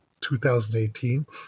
2018